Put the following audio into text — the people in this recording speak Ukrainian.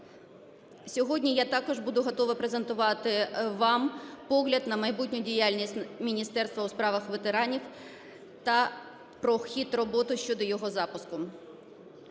Сьогодні я також буду готова презентувати вам погляд на майбутню діяльність Міністерства у справах ветеранів та про хід роботи щодо його запуску.